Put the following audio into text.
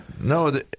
No